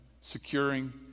Securing